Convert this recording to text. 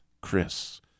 Chris